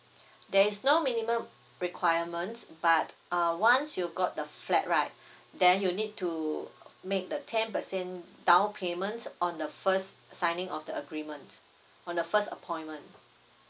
there is no minimum requirement but uh once you got the flat right then you need to make the ten percent down payment on the first signing of the agreement on the first appointment